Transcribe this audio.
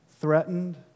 threatened